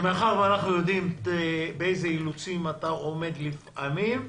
מאחר ואנחנו יודעים באילו אילוצים אתה עומד לפעמים,